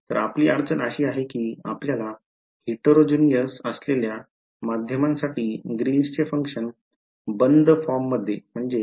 तर आपली अडचण अशी आहे की आपल्याला heterogeneous असलेल्या माध्यमासाठी ग्रीनचे फंक्शन बंद फॉर्ममध्ये माहित नाही